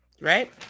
right